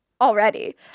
already